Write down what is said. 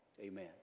amen